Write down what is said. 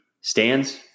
stands